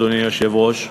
אדוני היושב-ראש,